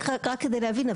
רק כדי להבין,